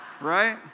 right